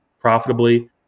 profitably